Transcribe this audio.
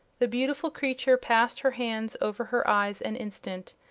the beautiful creature passed her hands over her eyes an instant,